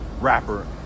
rapper